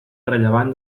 rellevant